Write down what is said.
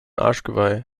arschgeweih